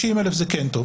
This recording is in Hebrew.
60,000 זה כן טוב.